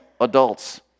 adults